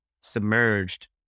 submerged